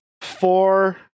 four